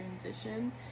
transition